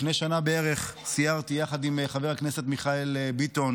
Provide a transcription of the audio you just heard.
לפני כשנה בערך סיירתי יחד עם חבר הכנסת מיכאל ביטון